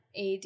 AD